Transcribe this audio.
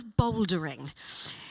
bouldering